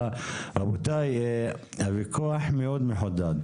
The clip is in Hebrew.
רבותיי, הוויכוח מאוד מחודד.